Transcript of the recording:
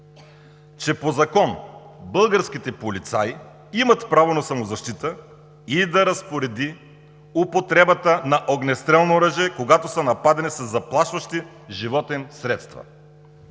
че по закон българските полицаи имат право на самозащита и да разпореди употребата на огнестрелно оръжие, когато са нападани със заплашващи живота им средства.